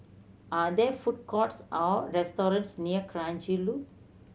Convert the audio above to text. are there food courts or restaurants near Kranji Loop